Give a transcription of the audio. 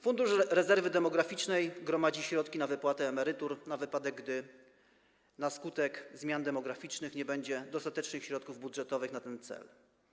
Fundusz Rezerwy Demograficznej gromadzi środki na wypłaty emerytur na wypadek, gdy na skutek zmian demograficznych nie będzie dostatecznych środków budżetowych na ten cel.